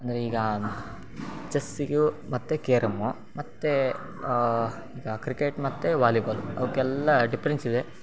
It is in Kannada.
ಅಂದರೆ ಈಗ ಚೆಸ್ಸಿಗೂ ಮತ್ತು ಕೇರಮ್ಮು ಮತ್ತು ಈಗ ಕ್ರಿಕೆಟ್ ಮತ್ತು ವಾಲಿಬಾಲ್ ಅವಕ್ಕೆಲ್ಲ ಡಿಪ್ರೆನ್ಸ್ ಇದೆ